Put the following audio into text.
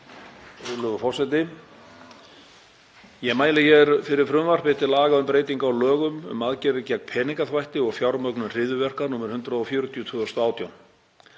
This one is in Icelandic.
Ég mæli hér fyrir frumvarpi til laga um breytingar á lögum um aðgerðir gegn peningaþvætti og fjármögnun hryðjuverka, nr. 140/2018.